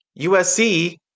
USC